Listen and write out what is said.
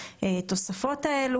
<< דובר_המשך >> קתרין אלה: